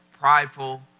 prideful